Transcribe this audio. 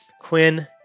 Quinn